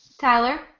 Tyler